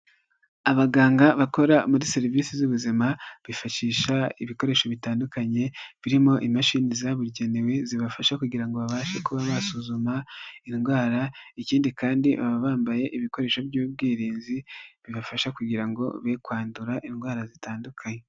Abaganga bakora muri serivisi z'ubuzima bifashisha ibikoresho bitandukanye birimo imashini zabugenewe zibafasha kugira ngo babashe kuba basuzuma indwara ikindi kandi baba bambaye ibikoresho by'ubwirinzi bibafasha kugira ngo be kwandura indwara zitandukanye.